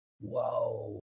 Whoa